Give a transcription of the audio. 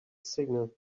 signal